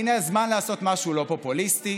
הינה הזמן לעשות משהו לא פופוליסטי.